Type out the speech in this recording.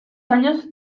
años